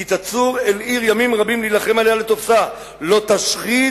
"כי תצור אל עיר ימים רבים להלחם עליה לתפשה לא תשחית